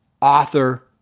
author